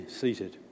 seated